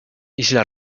isla